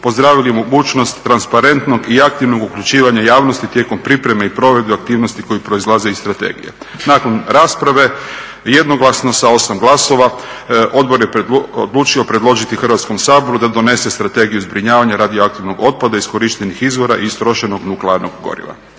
pozdravili mogućnost transparentnog i aktivnog uključivanja javnosti tijekom pripreme i provedbe aktivnosti koje proizlaze iz strategije. Nakon rasprave jednoglasno sa 8 glasova odbor je odlučio predložiti Hrvatskom saboru da donese Strategiju zbrinjavanja radioaktivnog otpada iz korištenih izvora i istrošenog nuklearnog goriva.